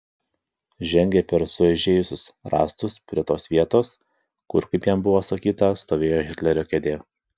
žengė per sueižėjusius rąstus prie tos vietos kur kaip jam buvo sakyta stovėjo hitlerio kėdė